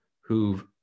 who've